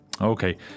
Okay